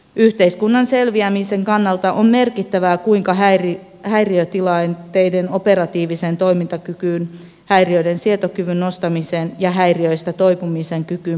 yhteiskunnan selviämisen kannalta on merkittävää kuinka häiriötilanteiden operatiiviseen toimintakykyyn häiriöiden sietokyvyn nostamiseen ja häiriöistä toipumisen kykyyn panostetaan